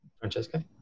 Francesca